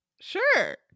Sure